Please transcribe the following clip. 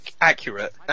Accurate